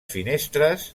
finestres